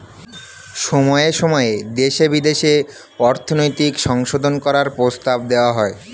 সময়ে সময়ে দেশে বিদেশে অর্থনৈতিক সংশোধন করার প্রস্তাব দেওয়া হয়